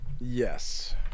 Yes